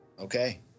Okay